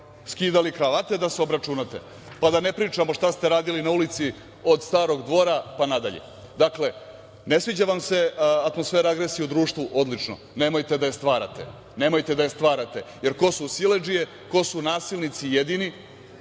skidali kravate da se obračunate. Da ne pričate šta ste radili na ulici od Starog dvora pa nadalje. Dakle, ne sviđa vam se atmosfera agresije u društvu. Odlično. Nemojte da je stvarate. Jer ko su siledžije, ko su nasilnici jedini?